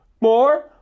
more